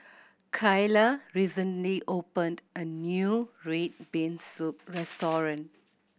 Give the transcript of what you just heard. Kaylah recently opened a new red bean soup restaurant